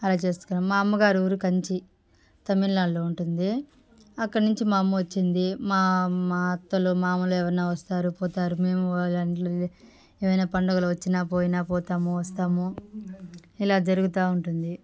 అలా చేసుకునేవాళ్ళం మా అమ్మగారు ఊరు కంచి తమిళ్నాడులో ఉంటుందీ అక్కడి నుంచి మా అమ్మ వచ్చింది మా మా అత్తలు మామలు మాములుగా ఎవరన్న వస్తారు పోతారు మేము ఏమైనా పండుగలు వచ్చినా పోయినా పోతాము వస్తాము ఇలా జరుగుటూ ఉంటుంది